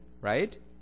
right